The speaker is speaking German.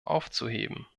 aufzuheben